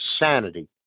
insanity